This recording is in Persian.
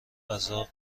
غذا